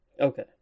Okay